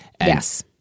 Yes